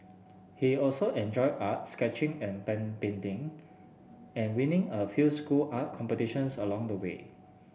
he also enjoyed art sketching and painting and winning a few school art competitions along the way